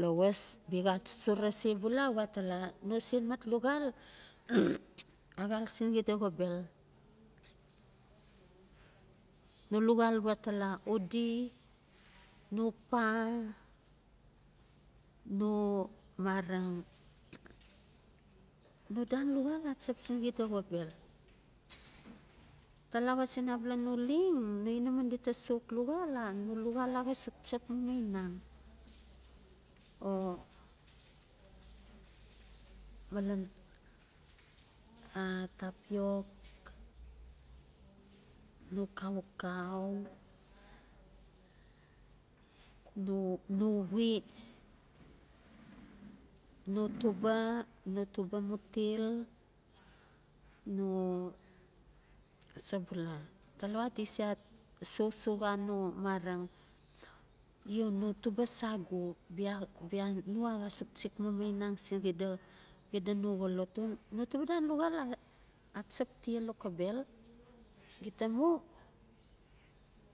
Lowas bia xa achuchura sebula a we atala, no sen mat luxal a xal sin xida xobel? No luxal we atara udi no pa no mareng, no dan luxal a chap sin xida xobel. Talawa sin abalano leng no inaman dita sok luxal, no luxal axa suk chap mamainang o malan tapiok no kaukau no wi, no tuba, mutil, no sabula talawa de se so soxano mareng yiau no tuba sagu bia bia no a xa suk chik mamainn sin xida xida no xolot. No tuba dan luxal a a chap tia lokobel, gita mu